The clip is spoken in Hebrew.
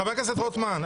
חבר הכנסת רוטמן,